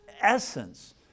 essence